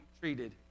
treated